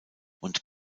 und